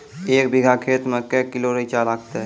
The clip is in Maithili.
एक बीघा खेत मे के किलो रिचा लागत?